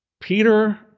Peter